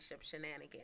Shenanigans